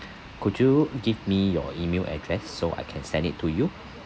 could you give me your email address so I can send it to you